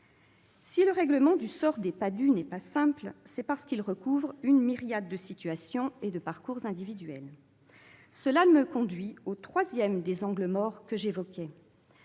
Si le règlement du sort des PADHUE n'est pas simple, c'est parce qu'il recouvre une myriade de situations et de parcours individuels. Cela me conduit à ma troisième remarque concernant l'angle mort que j'évoquais